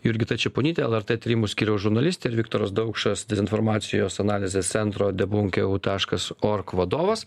jurgita čeponytė lrt tyrimų skyriaus žurnalistė ir viktoras daukšas dezinformacijos analizės centro debunk eu taškasorg vadovas